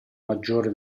maggiore